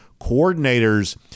coordinators